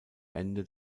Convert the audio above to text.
ende